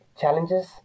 challenges